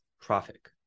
traffic